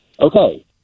okay